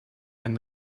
einen